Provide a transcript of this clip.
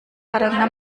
karena